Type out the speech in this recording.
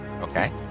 Okay